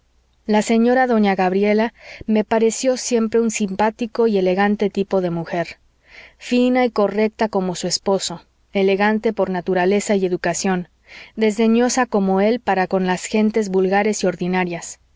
la señora doña gabriela me pareció siempre un simpático y elegante tipo de mujer fina y correcta como su esposo elegante por naturaleza y educación desdeñosa como él para con las gentes vulgares y ordinarias